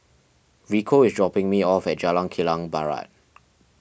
Rico is dropping me off at Jalan Kilang Barat